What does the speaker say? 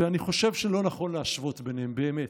ואני חושב שלא נכון להשוות ביניהם, באמת.